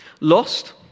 Lost